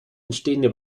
entstehende